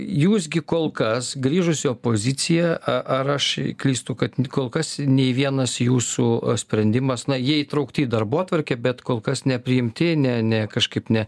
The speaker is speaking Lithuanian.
jūs gi kol kas grįžus į opoziciją a ar aš klystu kad kol kas nei vienas jūsų sprendimas na jie įtraukti į darbotvarkę bet kol kas nepriimti ne ne kažkaip ne